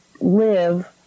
live